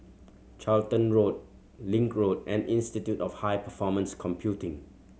Charlton Road Link Road and Institute of High Performance Computing